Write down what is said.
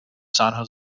san